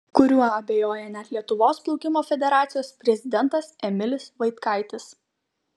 kuriuo abejoja net lietuvos plaukimo federacijos prezidentas emilis vaitkaitis